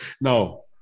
no